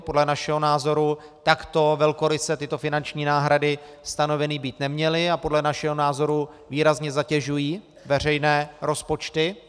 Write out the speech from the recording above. Podle našeho názoru takto velkoryse tyto finanční náhrady stanoveny být neměly a podle našeho názoru výrazně zatěžují veřejné rozpočty.